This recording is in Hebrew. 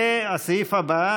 והסעיף הבא,